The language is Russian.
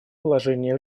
положение